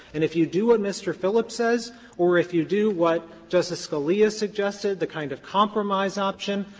and if you do what mr. phillips says or if you do what justice scalia suggested, the kind of compromise option,